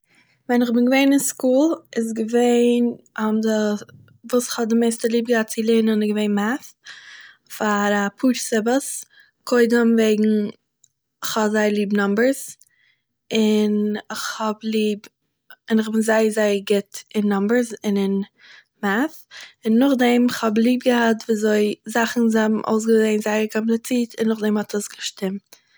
ווען איך בין געווען אין סקול איז געווען וואס איך האב די מערסטע ליב געהאט צו לערנען איז געווען מעט'ה, פאר א פאר סיבות, קודם וועגן כ'האב זייער ליב נאמבערס, און כ'האב ליב- אוין איך בין זייער זייער גוט אין נאמבערס און אין מעט'ה, און נאכדעם, כ'האב ליב געהאט וויאזוי זאכן זיי האבן אויסגעזעהן זייער קאמפליצירט, און נאכדעם האט עס געשטימט